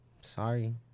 Sorry